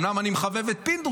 אומנם אני מחבב את פינדרוס,